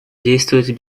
действовать